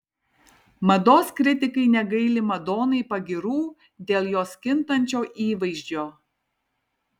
mados kritikai negaili madonai pagyrų dėl jos kintančio įvaizdžio